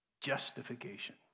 justification